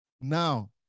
Now